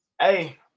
hey